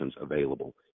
available